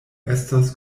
estos